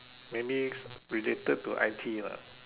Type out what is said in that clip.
maybe related to I_T lah